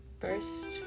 first